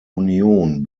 union